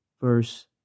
verse